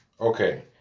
Okay